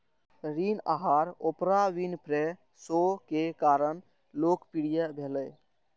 ऋण आहार Oprah Winfrey show के कारण लोकप्रिय भेलै